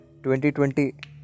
2020